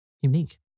unique